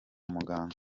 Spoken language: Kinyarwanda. muganga